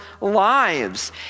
lives